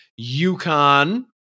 UConn